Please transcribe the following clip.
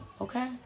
Okay